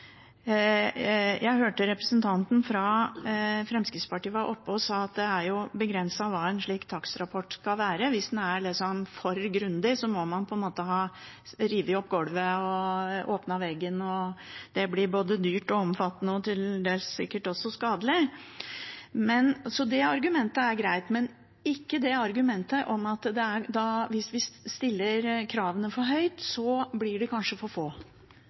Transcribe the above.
Jeg hørte representanten fra Fremskrittspartiet var oppe og sa at det er begrenset hva en slik takstrapport skal være. Hvis den er for grundig, må en ha revet opp gulvet og åpnet veggen, og at det blir både dyrt og omfattende og sikkert også skadelig. Det argumentet er greit, men ikke argumentet om at hvis vi stiller for høye krav, blir det kanskje for få.